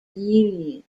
unions